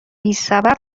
بیسبب